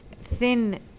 thin